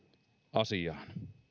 asiaan